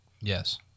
Yes